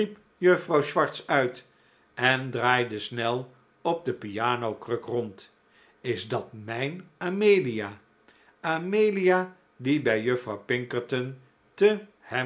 juffrouw swartz uit en draaide snel op de pianokruk rond is dat mijn amelia amelia die bij juffrouw